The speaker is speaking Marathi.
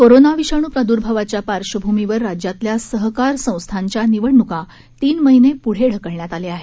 कोरोना विषाणू प्रादूर्भावाच्या पार्श्वभूमीवर राज्यातल्या सहकार संस्थांच्या निवडणुका तीन महिने पुढे ढकलण्यात आल्या आहेत